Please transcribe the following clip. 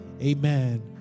amen